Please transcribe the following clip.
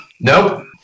nope